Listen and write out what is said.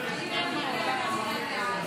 נתקבל.